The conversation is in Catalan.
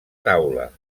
taula